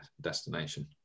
destination